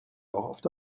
auch